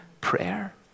prayer